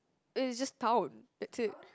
it it's just town that's it